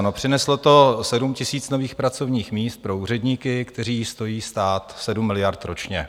No, přineslo to 7 000 nových pracovních míst pro úředníky, kteří stojí stát 7 miliard ročně.